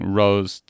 rose